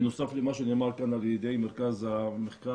בנוסף למה שנאמר כאן על ידי מרכז המחקר